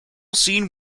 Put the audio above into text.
scene